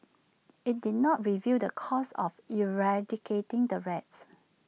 IT did not reveal the cost of eradicating the rats